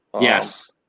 Yes